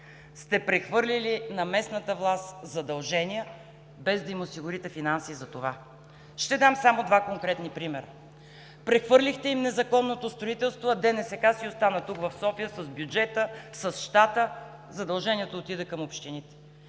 сте прехвърлили на местната власт задължения, без да им осигурите финанси за това! Ще дам само два конкретни примера. Прехвърлихте им незаконното строителство, а ДНСК си остана тук, в София с бюджета, с щата. Задълженията отидоха към общините.